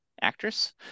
actress